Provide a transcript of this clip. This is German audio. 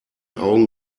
augen